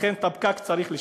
לכן את הפקק צריך לשחרר.